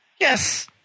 Yes